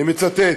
אני מצטט: